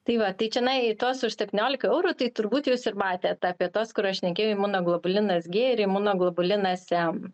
tai va tai čianai tuos už septyniolika eurų tai turbūt jūs ir matėt apie tuos kur aš šnekėjau imunoglobulinas g ir imunoglobulinas m